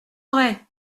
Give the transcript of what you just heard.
vrai